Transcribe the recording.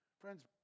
Friends